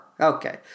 Okay